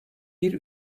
bir